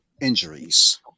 injuries